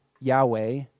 Yahweh